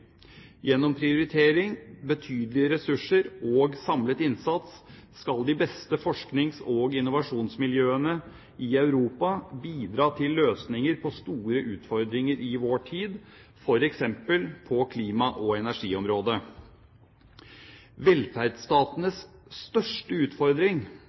Gjennom prioritering, betydelige ressurser og samlet innsats skal de beste forsknings- og innovasjonsmiljøene i Europa bidra til løsninger på store utfordringer i vår tid, f.eks. på klima- og energiområdet. Velferdsstatenes største utfordring